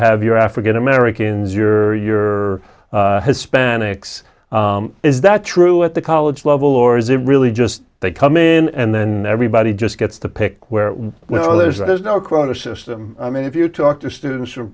have your african americans your or your hispanics is that true at the college level or is it really just they come in and then everybody just gets to pick where you know there's there's no quota system i mean if you talk to students from